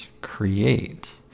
create